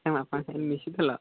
ତାଙ୍କ ବାପାଙ୍କ ସାଙ୍ଗରେ ମିଶିଥିଲ